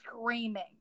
screaming